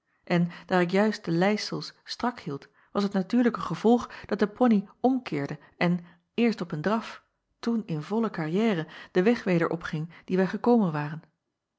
en daar ik juist de leisels strak hield was het natuurlijke gevolg dat de poney omkeerde en eerst op een draf toen in volle carrière den weg weder opging dien wij gekomen waren